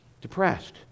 depressed